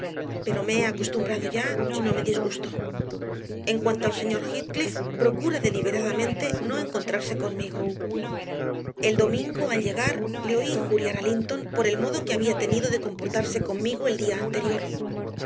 pero me he acostumbrado ya y no me disgusto en cuanto al señor heathcliff procura deliberadamente no encontrarse conmigo el domingo al llegar le oí injuriar a linton por el modo que había tenido de comportarse conmigo el día anterior